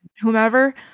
whomever